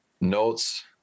notes